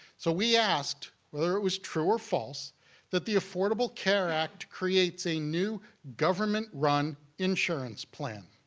so we asked whether it was true or false that the affordable care act creates a new government-run insurance plan.